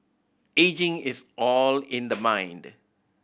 ageing is all in the mind